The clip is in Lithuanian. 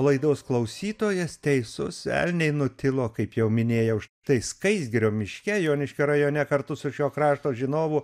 laidos klausytojas teisus elniai nutilo kaip jau minėjau štai skaistgirio miške joniškio rajone kartu su šio krašto žinovu